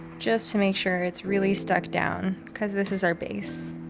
just to make sure it's really stuck down, because this is our base.